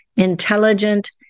intelligent